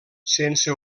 sense